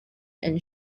and